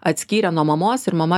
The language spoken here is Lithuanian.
atskyrė nuo mamos ir mama